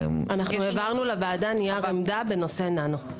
העברנו לוועדה נייר עמדה בנושא ננו.